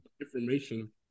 information